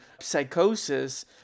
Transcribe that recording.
psychosis